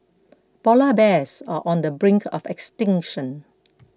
Polar Bears are on the brink of extinction